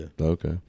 Okay